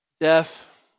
Death